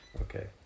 Okay